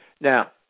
Now